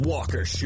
Walker